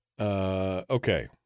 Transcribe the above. Okay